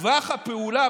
טווח הפעולה,